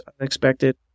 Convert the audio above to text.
unexpected